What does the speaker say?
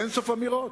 באין-סוף אמירות.